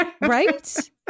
Right